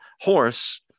horse